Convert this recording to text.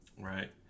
Right